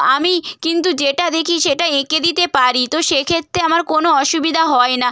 আমি কিন্তু যেটা দেখি সেটা এঁকে দিতে পারি তো সেক্ষেত্রে আমার কোনো অসুবিধা হয় না